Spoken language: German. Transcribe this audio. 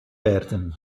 werden